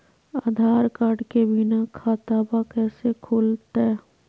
आधार card के बिना खाताबा कैसे खुल तय?